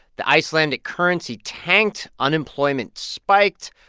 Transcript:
the icelandic currency tanked. unemployment spiked.